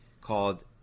called